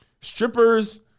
strippers